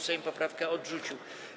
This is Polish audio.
Sejm poprawkę odrzucił.